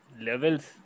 Levels